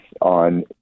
on